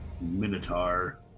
minotaur